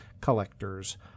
collector's